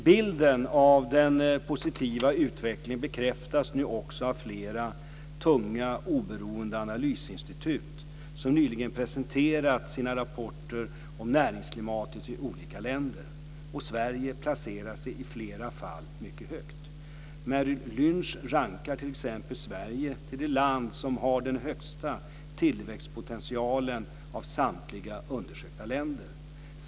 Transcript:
Bilden av den positiva utvecklingen bekräftas nu också av flera tunga oberoende analysinstitut som nyligen presenterat sina rapporter om näringsklimatet i olika länder. Sverige placerar sig i flera fall mycket högt. Merrill Lynch rankar t.ex. Sverige till det land som har den högsta tillväxtpotentialen av samtliga undersökta länder.